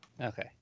Okay